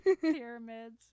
pyramids